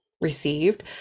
received